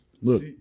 look